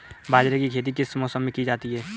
बाजरे की खेती किस मौसम में की जाती है?